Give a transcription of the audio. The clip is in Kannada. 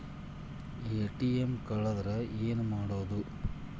ಎ.ಟಿ.ಎಂ ಕಳದ್ರ ಏನು ಮಾಡೋದು?